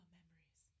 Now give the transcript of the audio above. memories